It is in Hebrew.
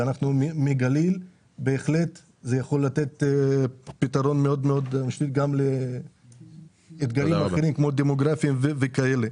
ומגליל בהחלט זה יכול לתת פתרון גם לאתגרים אחרים כמו דמוגרפיה וכאלה.